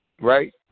right